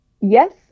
yes